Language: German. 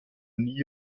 nie